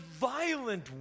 violent